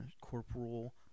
corporal